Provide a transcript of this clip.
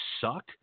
suck